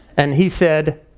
and he said,